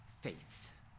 faith